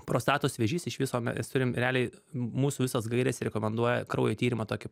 prostatos vėžys iš viso mes turim realiai mūsų visos gairės rekomenduoja kraujo tyrimą tokį